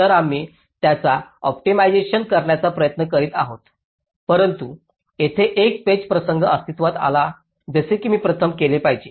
तर आम्ही त्यांचा ऑप्टीमाझेशन करण्याचा प्रयत्न करीत आहोत परंतु तेथे एक पेचप्रसंग अस्तित्त्वात आहे जसे की प्रथम केले पाहिजे